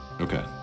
Okay